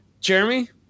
Jeremy